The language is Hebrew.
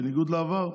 בניגוד לעבר.